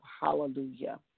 hallelujah